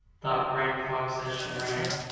thought granny fox as she ran.